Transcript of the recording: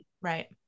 Right